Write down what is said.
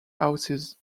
houses